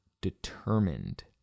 determined